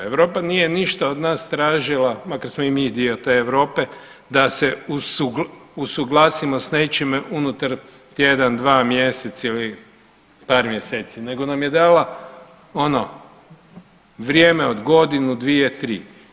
Europa nije ništa od nas tražila, makar smo i mi dio te Europe, da se usuglasimo s nečim unutar tjedan, dva, mjesec ili par mjeseci nego nam je dala ono vrijeme od godinu, dvije, tri.